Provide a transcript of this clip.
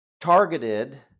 targeted